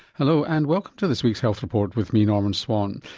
hello and welcome to this week's health report with me norman swan.